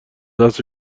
دست